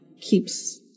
keeps